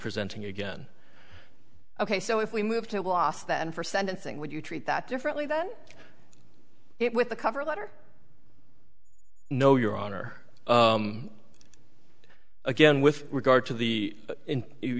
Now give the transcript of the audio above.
presenting again ok so if we moved to boston for sentencing would you treat that differently than it with the cover letter no your honor again with regard to the